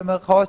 במירכאות,